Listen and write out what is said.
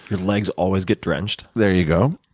your legs always get drenched. there you go.